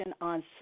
on